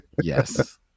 Yes